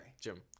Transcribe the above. Jim